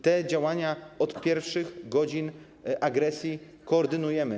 Te działania od pierwszych godzin agresji koordynujemy.